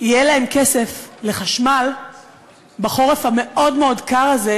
יהיה להם כסף לחשמל בחורף המאוד-מאוד קר הזה,